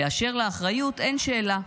"באשר לאחריות, אין שאלה.